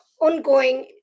ongoing